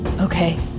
Okay